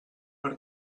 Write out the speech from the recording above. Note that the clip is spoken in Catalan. per